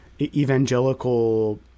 evangelical